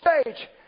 stage